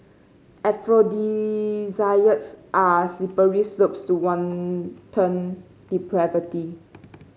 aphrodisiacs are slippery slopes to wanton depravity